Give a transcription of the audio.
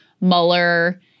Mueller